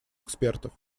экспертов